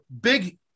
big